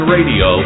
Radio